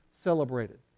celebrated